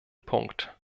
punkt